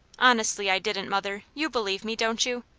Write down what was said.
honestly i didn't, mother. you believe me, don't you?